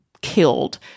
killed